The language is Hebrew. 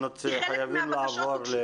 אנחנו צריכים לעבור הלאה.